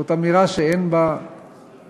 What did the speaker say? זאת אמירה שאין לה בסיס,